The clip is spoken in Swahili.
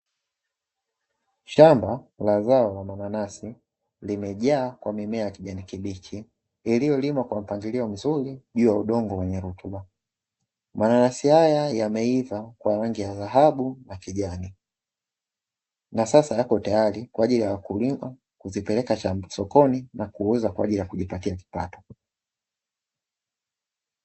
Shamba la zao la mananasi, limejaa kwa mimea ya kijani kibichi iliyolimwa kwa mpangilio mzuri juu ya udongo wenye rutuba. Mananasi haya yameiva kwa rangi ya dhahabu na kijani, na sasa yako tayari kwa ajili ya wakulimwa kuzipeleka sokoni na kuuza kwa ajili ya kujipatia kipato.